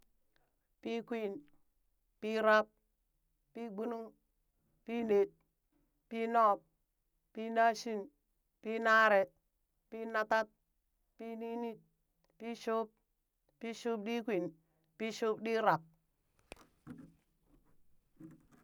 Pii kwin, pii rab, pii gbunung, pii net, pii nub, pii nashin, pii naree, pii natat, pii ninit, pii shub, pii shubɗikwin, piishubɗirab.